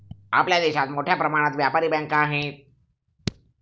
आपल्या देशात मोठ्या प्रमाणात व्यापारी बँका आहेत